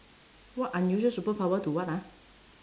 what unusual superpower to what ah